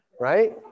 Right